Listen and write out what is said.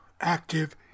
active